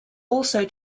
also